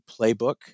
playbook